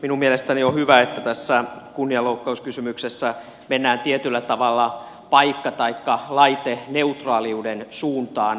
minun mielestäni on hyvä että tässä kunnianloukkauskysymyksessä mennään tietyllä tavalla paikka taikka laiteneutraaliuden suuntaan